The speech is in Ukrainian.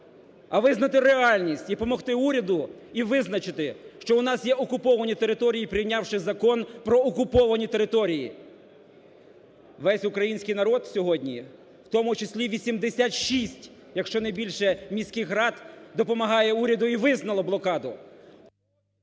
а визнати реальність і помогти уряду, і визначити, що у нас є окуповані території, прийнявши Закон про окуповані території. Весь український народ сьогодні, в тому числі 86, якщо не більше, міських рад допомагає уряду і визнало блокаду…